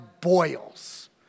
boils